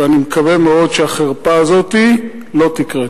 ואני מקווה מאוד שהחרפה הזאת לא תקרה.